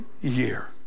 year